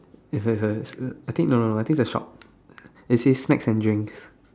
it's like a I think no no I think it's a shop that says snacks and drinks